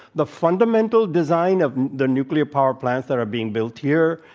the fundamental design of the nuclear power plants that are being built here,